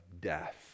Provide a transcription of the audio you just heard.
death